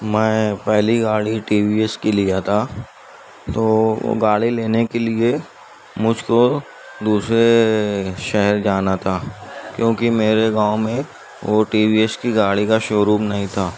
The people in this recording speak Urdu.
میں پہلی گاڑی ٹی وی ایس کی لیا تھا تو وہ گاڑی لینے کے لیے مجھ کو دوسرے شہر جانا تھا کیونکہ میرے گاؤں میں وہ ٹی وی ایس کی گاڑی کا شوروم نہیں تھا